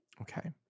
Okay